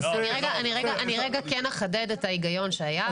אני רגע כן אחדד את ההיגיון שהיה.